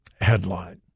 headline